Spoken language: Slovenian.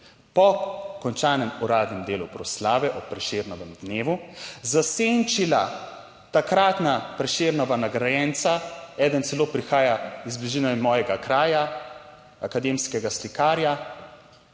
po končanem uradnem delu proslave ob Prešernovem dnevu, zasenčila takratna Prešernova nagrajenca; eden celo prihaja iz bližine mojega kraja, akademskega slikarja,